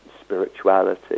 spirituality